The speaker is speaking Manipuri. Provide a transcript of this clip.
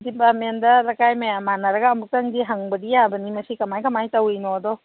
ꯗꯤꯄꯥꯔꯠꯃꯦꯟꯗ ꯂꯩꯀꯥꯏ ꯃꯌꯥꯝ ꯃꯥꯟꯅꯔꯒ ꯑꯃꯨꯛꯇꯪꯗꯤ ꯍꯪꯕꯗꯤ ꯌꯥꯕꯅꯤ ꯃꯁꯤ ꯀꯃꯥꯏ ꯀꯃꯥꯏ ꯇꯧꯔꯤꯅꯣꯗꯣ